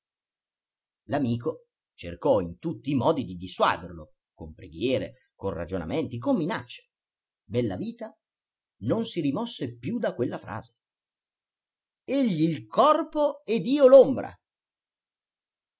l'amico cercò in tutti i modi di dissuaderlo con preghiere con ragionamenti con minacce bellavita non si rimosse più da quella sua frase egli il corpo ed io